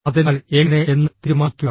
അതിനാൽ എങ്ങനെ എന്ന് തീരുമാനിക്കുക